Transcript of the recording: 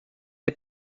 est